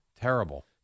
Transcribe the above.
Terrible